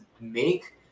make